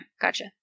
gotcha